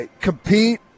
compete